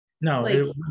No